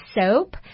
soap